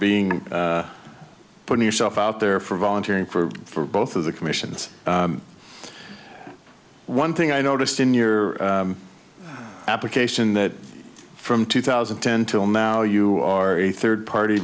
being putting yourself out there for volunteering for for both of the commissions one thing i noticed in your application that from two thousand and ten till now you are a third party